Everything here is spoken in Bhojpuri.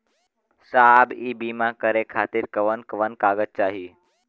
साहब इ बीमा करें खातिर कवन कवन कागज चाही?